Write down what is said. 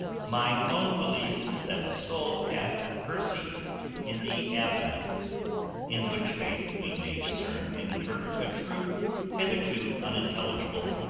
mine own belief is that the soul hath her seat in the abdomen in which faith we may discern and interpret a truth hitherto unintelligible,